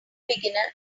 beginner